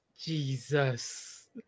jesus